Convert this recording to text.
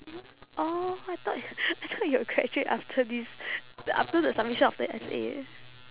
oh I thought y~ I thought you will graduate after this after the submission of the essay eh